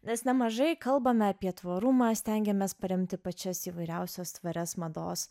nes nemažai kalbame apie tvarumą stengiamės paremti pačias įvairiausias tvarias mados